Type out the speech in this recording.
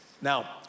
Now